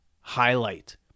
highlight